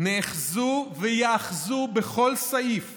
נאחזו וייאחזו בכל סעיף